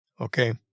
Okay